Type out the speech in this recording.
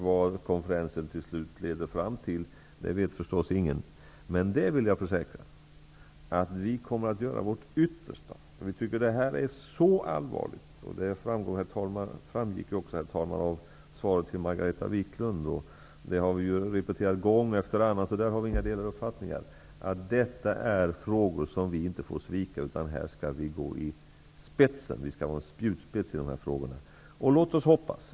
Vad konferensen till slut leder fram till vet förstås ingen, men jag vill försäkra att vi kommer att göra vårt yttersta. Vi tycker att det här är så allvarligt, vilket också framgick av svaret till Margareta Viklund. Vi har upprepat det gång efter annan, så där har vi inga delade meningar: Detta är frågor som vi inte får svika, utan här skall vi gå i spetsen. Vi skall vara en spjutspets i dessa frågor.